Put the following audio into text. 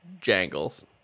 jangles